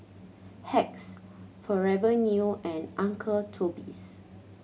Hacks Forever New and Uncle Toby's